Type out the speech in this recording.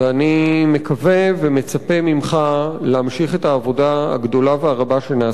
אני מקווה ומצפה ממך להמשיך את העבודה הגדולה והרבה שנעשתה